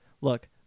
look